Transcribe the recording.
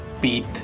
beat